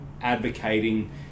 advocating